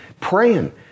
praying